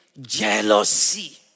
jealousy